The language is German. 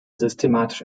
systematisch